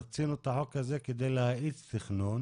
הוציאו את החוק הזה כדי להאיץ תכנון